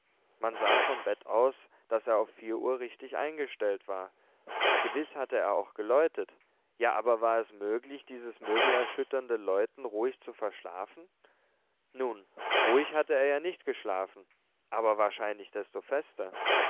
man sah vom bett aus daß er auf vier uhr richtig eingestellt war gewiß hatte er auch geläutet ja aber war es möglich dieses möbelerschütternde läuten ruhig zu verschlafen nun ruhig hatte er ja nicht geschlafen aber wahrscheinlich desto fester